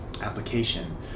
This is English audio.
application